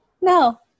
No